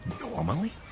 normally